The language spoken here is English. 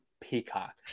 Peacock